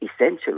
essential